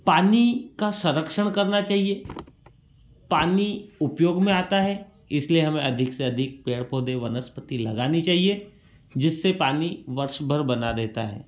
पानी का संरक्षण करना चाहिए पानी उपयोग में आता है इसलिए हमें अधिक से अधिक पेड़ पौधे वनस्पति लगानी चाहिए जिससे पानी वर्ष भर बना रहता है